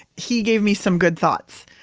he gave me some good thoughts.